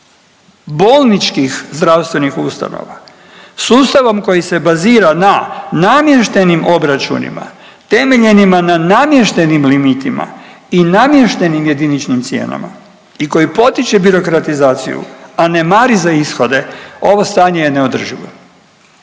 bolničkih zdravstvenih ustanova, sustavom koji se bazira na namještenim obračunima, temeljenima na namještenim limitima i namještenim jediničnim cijenama i koji potiče birokratizaciju, a ne mari za ishode, ovo stanje je neodrživo.